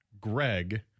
Greg